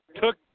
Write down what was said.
took